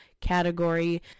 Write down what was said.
category